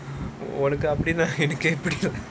உனக்கு அப்டினா எனக்கு இப்படி:unakku apdina enakku ippadi